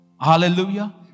Hallelujah